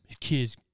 Kid's